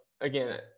again